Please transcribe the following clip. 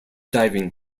diving